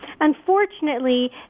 Unfortunately